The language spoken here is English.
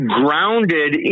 grounded